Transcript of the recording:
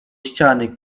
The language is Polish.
ściany